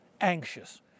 anxious